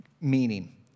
meaning